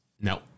No